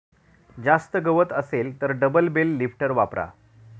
जास्त गवत असेल तर डबल बेल लिफ्टर वापरा